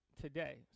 today